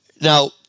now